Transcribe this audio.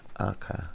Okay